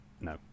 No